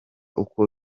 uko